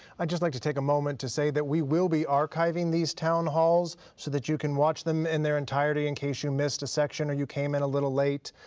i'd just like to take a moment to say that we will be archiving these town halls so that you can watch them in their entirety in case you missed a section or you came in a little late.